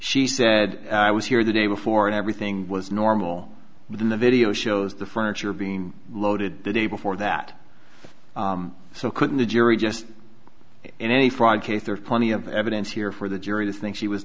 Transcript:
she said i was here the day before and everything was normal but in the video shows the furniture being loaded the day before that so couldn't the jury just in any fraud case there's plenty of evidence here for the jury to think she was